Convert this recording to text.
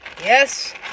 yes